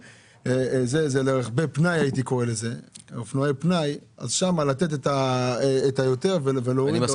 אז אלה אופנועי פנאי, שם לתת יותר ולהוריד באחרים.